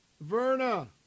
Verna